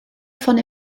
von